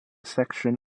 section